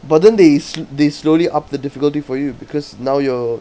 but then they they slowly up the difficulty for you because now you are